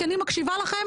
כי אני מקשיבה לכם,